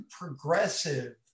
progressive